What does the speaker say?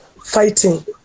fighting